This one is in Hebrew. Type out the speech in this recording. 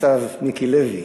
ניצב מיקי לוי.